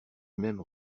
même